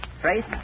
Trace